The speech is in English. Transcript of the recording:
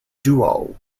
duo